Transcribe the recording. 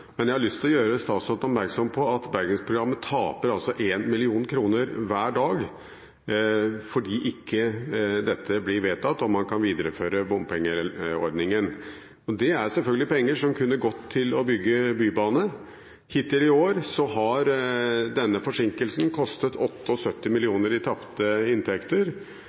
Men jeg har lyst til å gjøre statsråden oppmerksom på at Bergensprogrammet taper 1 mill. kr hver dag fordi dette ikke blir vedtatt og man ikke kan videreføre bompengeordningen. Det er selvfølgelig penger som kunne gått til å bygge bybane. Hittil i år har denne forsinkelsen betydd 78 mill. kr i tapte inntekter.